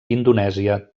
indonèsia